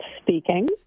Speaking